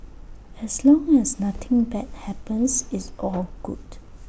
as long as nothing bad happens it's all good